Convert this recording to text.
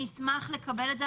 אני לא יכולה להשאיר אותו אתנו,